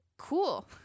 cool